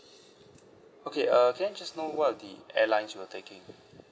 okay uh can I just know what was the airline you were taking